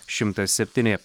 šimtas septyni